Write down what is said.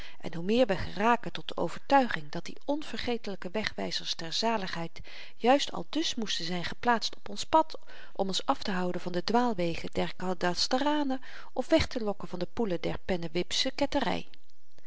en hoe meer we geraken tot de overtuiging dat die onvergetelyke wegwyzers ter zaligheid juist aldus moesten zyn geplaatst op ons pad om ons af te houden van de dwaalwegen der kadasteranen of wegtelokken van de poelen der pennewipsche